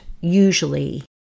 usually